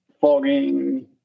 fogging